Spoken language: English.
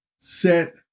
set